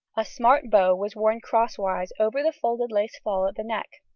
a smart bow was worn crosswise over the folded lace fall at the neck.